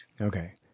Okay